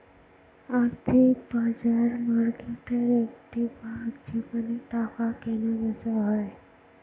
আর্থিক বাজার মার্কেটের একটি ভাগ যেখানে টাকা কেনা বেচা হয়